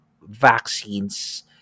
vaccines